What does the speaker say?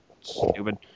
stupid